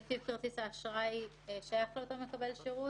לפי העניין: מסמך רשמי של הבנק שבו מתנהל החשבון